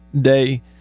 day